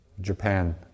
Japan